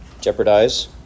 Jeopardize